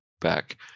back